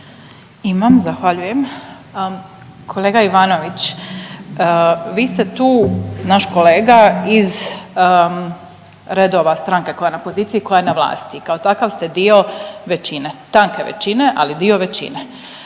Imam, zahvaljujem. Kolega Ivanović. Vi ste tu naš kolega iz redova stranke koja je na poziciji i koja je na vlasti i kao takav ste dio većine, tanke većine, ali dio većine.